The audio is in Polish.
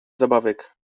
zabawek